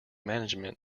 management